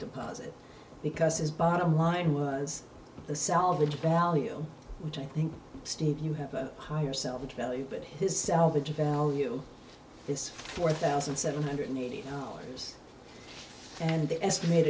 deposit because his bottom line was the salvage value which i think steve you have a higher self value but his salvage value is four thousand seven hundred and eighty dollars and the estimate